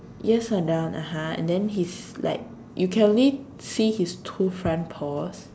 yes are down uh-huh and then he's like you can only see his two front paws